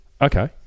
Okay